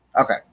Okay